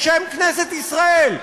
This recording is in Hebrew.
בשם כנסת ישראל,